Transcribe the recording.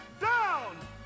Down